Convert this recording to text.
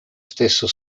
stesso